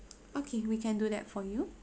okay we can do that for you